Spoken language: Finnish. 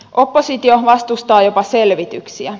oppositio vastustaa jopa selvityksiä